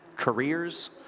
careers